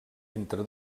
entre